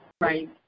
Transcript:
Right